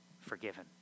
forgiven